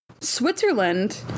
Switzerland